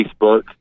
Facebook